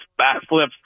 backflips